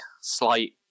slight